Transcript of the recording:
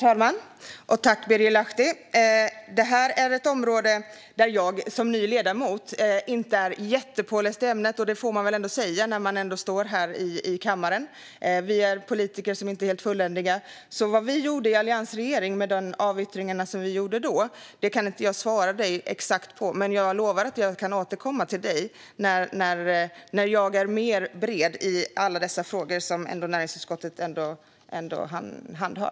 Herr talman! Tack, Birger Lahti! Jag som ny ledamot inom detta område är inte jättepåläst i detta ämne. Det får man väl ändå säga när man står här i kammaren. Vi politiker är inte alltid helt fulländade. Vad vi i alliansregeringen gjorde i och med de avyttringar som då skedde kan jag inte svara exakt på. Jag lovar dock att jag kan återkomma till dig, Birger Lahti, när jag har fått en bredare kunskap i alla de frågor som näringsutskottet handhar.